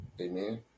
Amen